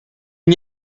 n’y